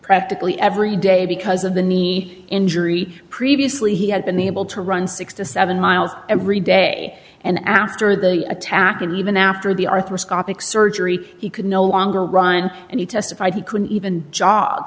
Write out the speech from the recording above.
practically every day because of the need injury previously he had been able to run six to seven miles every day and after the attack and even after the arthroscopic surgery he could no longer ryan and he testified he couldn't even jo